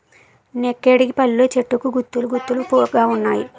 నెక్కిడిపళ్ళు చెట్టుకు గుత్తులు గుత్తులు గావున్నాయి